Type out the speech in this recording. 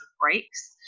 breaks